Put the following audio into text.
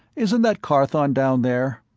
isn't that carthon down there?